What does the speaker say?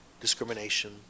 discrimination